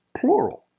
plural